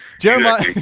Jeremiah